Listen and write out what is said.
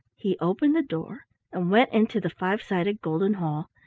he opened the door and went into the five-sided golden hall,